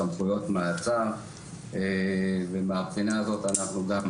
סמכויות מעצר ומהבחינה הזאת אנחנו כבר